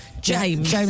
james